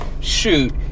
shoot